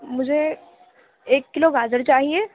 مجھے ایک کیلو گاجر چاہیے